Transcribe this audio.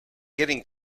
getting